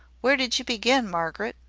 where did you begin, margaret?